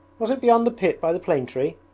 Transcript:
was it beyond the pit by the plane tree?